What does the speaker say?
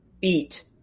beat